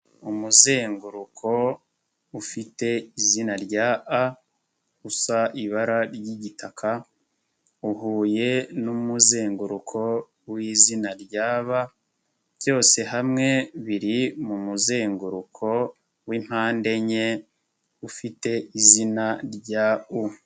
Umuzenguruko ufite izina rya A, usa ibara ry'igitaka, uhuye n'umuzenguruko w'izina rya B, byose hamwe biri mu muzenguruko w'impande enye ufite izina rya U.